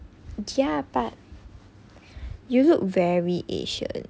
ya but you look very asian